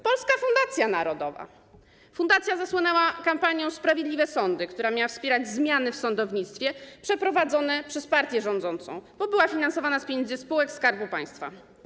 Polska Fundacja Narodowa - fundacja zasłynęła kampanią „Sprawiedliwe sądy”, która miała wspierać zmiany w sądownictwie przeprowadzone przez partię rządzącą, bo była finansowana z pieniędzy spółek Skarbu Państwa.